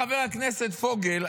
חבר הכנסת פוגל,